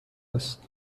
است